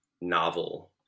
novel